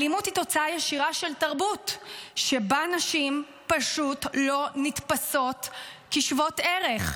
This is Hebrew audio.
האלימות היא תוצאה ישירה של תרבות שבה נשים פשוט לא נתפסות כשוות ערך.